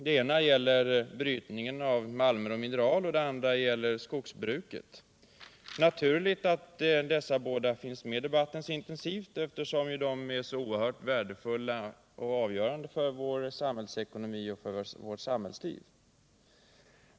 Den ena gäller brytningen av malmer och mineral, och den andra gäller skogsbruket. Det är naturligt att dessa båda finns med i debatten så intensivt, eftersom de är så värdefulla och avgörande för vår samhällsekonomi och vårt samhällsliv.